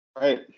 Right